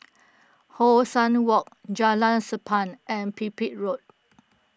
How Sun Walk Jalan Sappan and Pipit Road